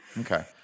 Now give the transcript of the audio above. okay